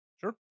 Sure